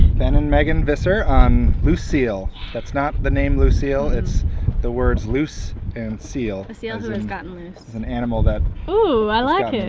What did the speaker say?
ben and meghan visser on loose seal that's not the name lucille. it's the words loose and seal. a seal who and has gotten loose. an animal that ooo i like it.